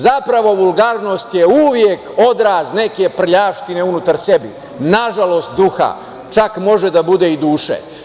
Zapravo, vulgarnost je uvek odraz neke prljavštine unutar sebe, nažalost duha, čak može da bude i duše.